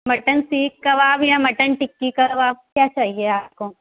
mutton seekh kebab یا mutton tikki kebab کیا چاہیے آپ کو